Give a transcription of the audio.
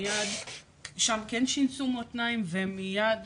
שם כן שינסו מותניים ומייד,